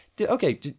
Okay